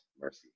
mercy